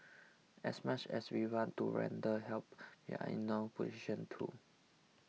as much as we want to render help we are in no position to